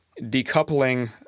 decoupling